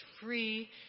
free